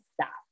stop